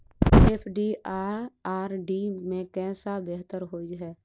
FD आ RD मे केँ सा बेहतर होइ है?